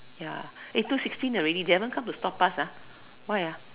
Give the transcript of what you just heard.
ya eh two sixteen already they haven't come to stop us ah why ah